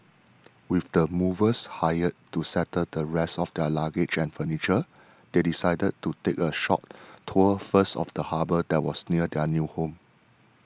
with the movers hired to settle the rest of their luggage and furniture they decided to take a short tour first of the harbour that was near their new home